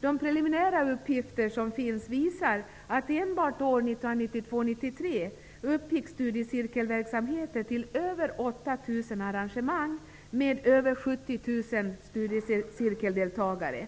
De preliminära uppgifter som finns visar att enbart under 1992/93 studiecirkeldeltagare.